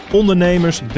ondernemers